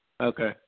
Okay